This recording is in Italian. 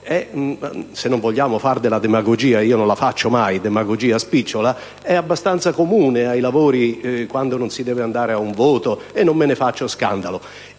se non vogliamo fare della demagogia spicciola (io non la faccio mai), è abbastanza comune ai lavori quando non si deve andare ad un voto, e non me ne faccio scandalo.